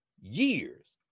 years